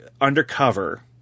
undercover